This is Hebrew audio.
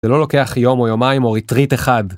זה לא לוקח יום או יומיים או ריטריט אחד.